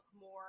more